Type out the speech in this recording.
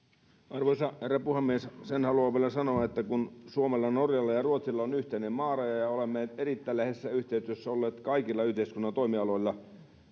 arvoisa herra puhemies sen haluan vielä sanoa että kun suomella norjalla ja ruotsilla on yhteinen maaraja ja olemme erittäin läheisessä yhteistyössä olleet kaikilla yhteiskunnan toimialoilla